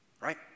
Right